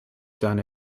done